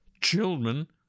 children